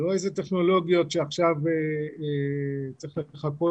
לא איזה טכנולוגיות שעכשיו צריך לקחת